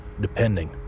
depending